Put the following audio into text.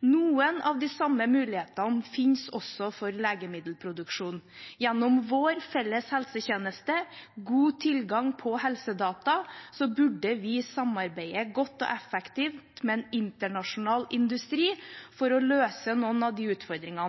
Noen av de samme mulighetene finnes også for legemiddelproduksjon. Gjennom vår felles helsetjeneste og god tilgang på helsedata burde vi samarbeide godt og effektivt med internasjonal industri for å løse noen av utfordringene.